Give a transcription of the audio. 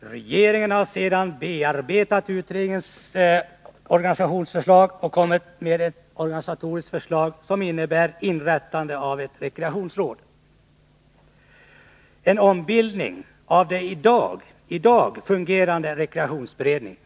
Regeringen har sedan bearbetat utredningens organisationsförslag och kommit med ett förslag om inrättande av ett rekreationsråd — en ombildning av den i dag fungerande rekreationsberedningen.